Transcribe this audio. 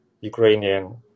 Ukrainian